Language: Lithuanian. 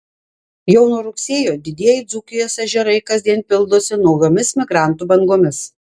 jau nuo rugsėjo didieji dzūkijos ežerai kasdien pildosi naujomis migrantų bangomis